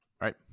Right